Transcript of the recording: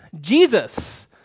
Jesus